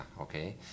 okay